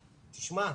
תשמע,